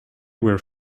were